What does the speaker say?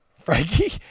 Frankie